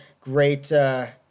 great